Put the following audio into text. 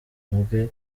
ubwe